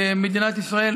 מדינת ישראל,